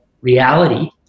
reality